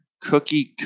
cookie